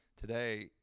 today